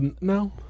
no